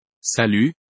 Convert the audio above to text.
Salut